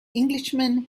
englishman